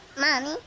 Mommy